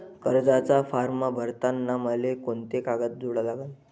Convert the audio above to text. कर्जाचा फारम भरताना मले कोंते कागद जोडा लागन?